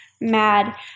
mad